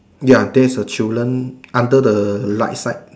ya there's a children under the right side